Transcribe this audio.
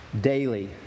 daily